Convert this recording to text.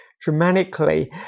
dramatically